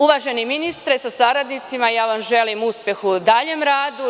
Uvaženi ministre sa saradnicima, ja vam želim uspeh u daljem radu.